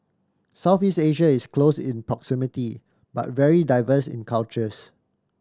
Southeast Asia is close in proximity but very diverse in cultures